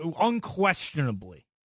unquestionably